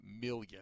million